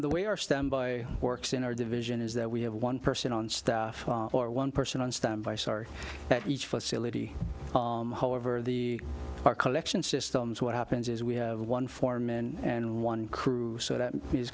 the way our standby works in our division is that we have one person on staff or one person on standby sorry that each facility however the car collection systems what happens is we have one for men and one crew so that